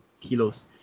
kilos